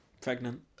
pregnant